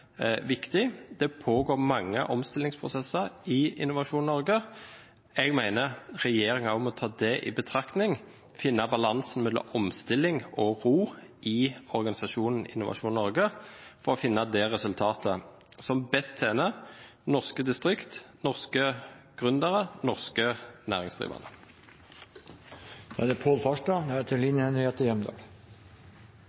Det pågår mange omstillingsprosesser i Innovasjon Norge. Jeg mener regjeringen også må ta det i betraktning – finne balansen mellom omstilling og ro i organisasjonen Innovasjon Norge for å komme fram til det resultatet som best tjener norske distrikter, norske gründere og norske